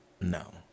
no